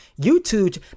YouTube